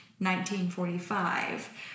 1945